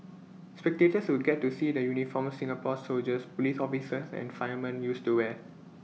spectators will get to see the uniforms Singapore's soldiers Police officers and firemen used to wear